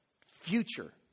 future